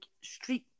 street